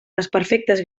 desperfectes